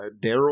Daryl